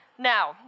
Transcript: Now